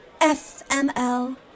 FML